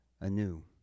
anew